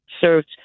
served